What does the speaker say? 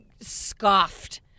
scoffed